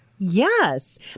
Yes